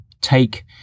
take